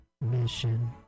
mission